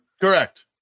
correct